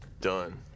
done